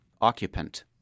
occupant